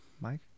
Mike